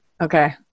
Okay